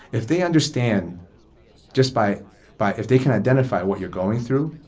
if they understand just by by if they can identify what you're going through,